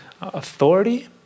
authority